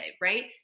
right